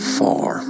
far